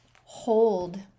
hold